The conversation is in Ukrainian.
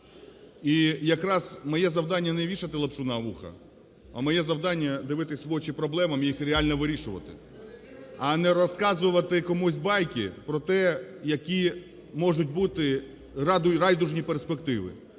І якраз моє завдання не вішатилапшу на вуха, а моє завдання – дивитись в очі проблемам і їх реально вирішувати, а не розказувати комусь байки про те, які можуть бути райдужні перспективи.